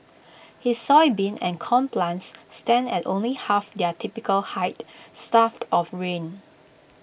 his soybean and corn plants stand at only half their typical height starved of rain